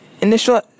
Initial